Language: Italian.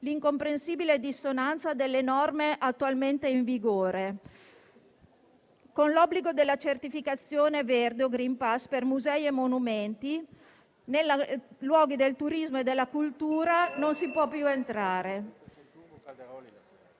l'incomprensibile dissonanza delle norme attualmente in vigore. Con l'obbligo della certificazione verde o *green pass* per musei e monumenti nei luoghi del turismo e della cultura non si può più entrare.